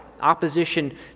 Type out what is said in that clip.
Opposition